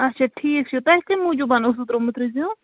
اَچھا ٹھیٖک چھُ تۄہہِ کَمہِ موٗجوٗب اوسوٕ ترٛوومُت رِزیوٗم